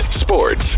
sports